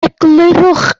eglurwch